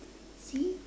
see